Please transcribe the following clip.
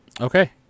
Okay